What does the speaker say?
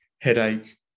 headache